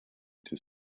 into